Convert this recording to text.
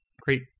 Great